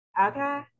Okay